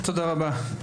תודה רבה.